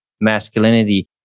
masculinity